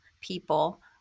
people